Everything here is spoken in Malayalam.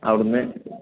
അവിടുന്ന്